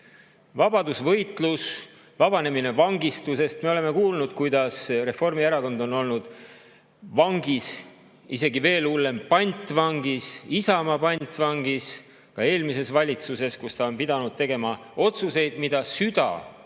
Vabadusvõitlus, vabanemine vangistusest – me oleme kuulnud, kuidas Reformierakond on olnud vangis, isegi veel hullem, pantvangis, Isamaa pantvangis eelmises valitsuses, kus ta on pidanud tegema otsuseid, mida süda